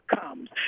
comes